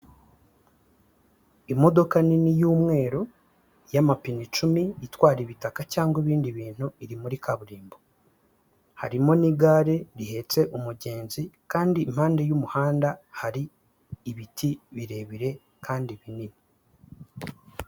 Imodoka nini y'umweru, y'amapine icumi, itwara ibitaka cyangwa ibindi bintu iri muri kaburimbo. Harimo n'igare rihetse umugenzi kandi impande y'umuhanda hari ibiti birebire kandi binini.